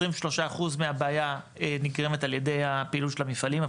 23% מהבעיה נגרמת על ידי הפעילות של המפעלים,